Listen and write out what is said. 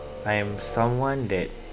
I am someone that